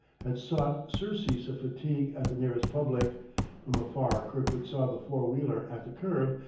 had sought surcease of fatigue at the nearest public from afar kirkwood saw the four-wheeler at the curb,